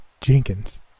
Jenkins